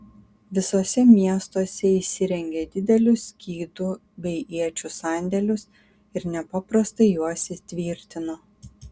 visuose miestuose jis įrengė didelius skydų bei iečių sandėlius ir nepaprastai juos įtvirtino